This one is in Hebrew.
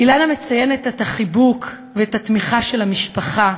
אילנה מציינת את החיבוק ואת התמיכה של המשפחה